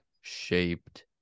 shaped